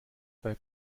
bei